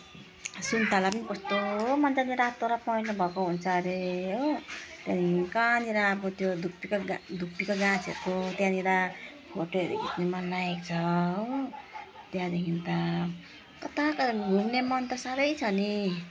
सुन्ताला पनि कस्तो मजाले रातो र पहेँलो भएको हुन्छ अरे हो त्यहाँदेखि कहाँनिर अब त्यो धुपीको घा धुपीको गाछहरूको त्यहाँनिर फोटोहरू खिच्न मनलागेको छ हो त्यहाँदेखि उता कता कता घुम्ने मन त साह्रै छ नि